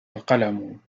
القلم